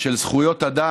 של זכויות אדם.